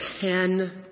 ten